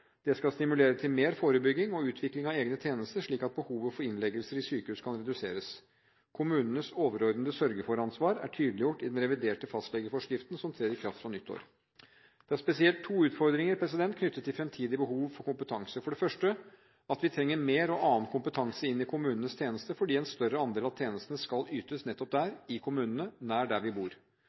Det skal stimulere til mer forebygging og utvikling av egne tjenester, slik at behovet for innleggelser i sykehus kan reduseres. Kommunenes overordnede sørge-for-ansvar er tydeliggjort i den reviderte fastlegeforskriften som trer i kraft fra nyttår. Det er spesielt to utfordringer knyttet til fremtidige behov for kompetanse. For det første at vi trenger mer og annen kompetanse inn i kommunenes tjeneste fordi en større andel av tjenestene skal ytes nettopp der, i kommunene, nær der vi bor.